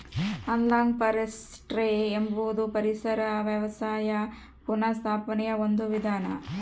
analogue forestry ಎಂಬುದು ಪರಿಸರ ವ್ಯವಸ್ಥೆಯ ಪುನಃಸ್ಥಾಪನೆಯ ಒಂದು ವಿಧಾನ